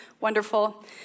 Wonderful